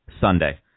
Sunday